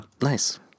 nice